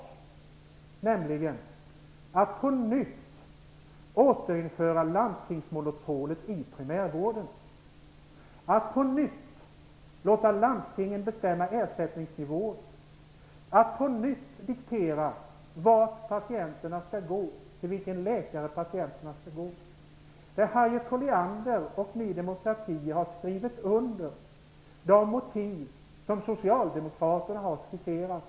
Vad man gör är att man på nytt inför landstingsmonopolet i primärvården, på nytt låter landstingen bestämma ersättningsnivåerna och på nytt låter landstingen diktera vilken läkare patienterna skall gå till. Harriet Colliander och Ny demokrati har skrivit under de motiv som Socialdemokraterna har framfört.